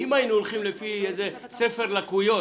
אנחנו לא הולכים לפי איזה ספר לקויות,